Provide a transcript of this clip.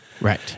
Right